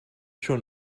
schon